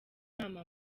nama